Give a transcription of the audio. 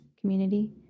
community